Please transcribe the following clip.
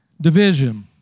division